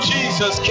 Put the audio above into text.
Jesus